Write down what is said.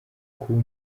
kuba